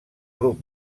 grup